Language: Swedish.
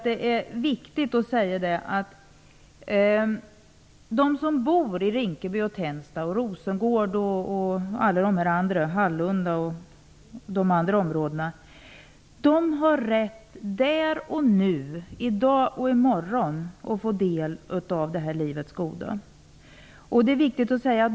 Det är viktigt att säga att de som bor i Rinkeby, Tensta, Rosengård, Hallunda och alla de andra områdena har rätt att där och nu, i dag och i morgon, att få del av det här livets goda.